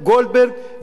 ועדת יישום,